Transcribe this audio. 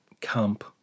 camp